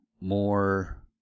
more